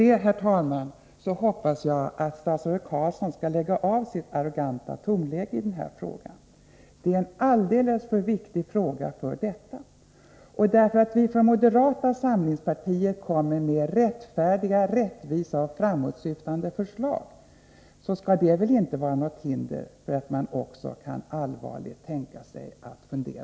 Jag hoppas att statsrådet Carlsson efter att ha lyssnat till detta skall lägga av med sitt arroganta tonläge i den här frågan. Frågan är alldeles för viktig för detta. Att det är vi från moderata samlingspartiet som kommer med rättfärdiga, rättvisa och framåtsyftande förslag skall väl inte behöva utgöra några hinder.